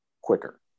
quicker